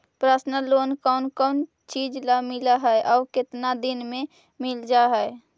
Personal loan कोन कोन चिज ल मिल है और केतना दिन में मिल जा है?